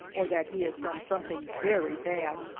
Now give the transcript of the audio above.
or that he has done something very bad,